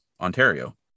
Ontario